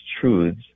truths